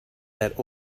that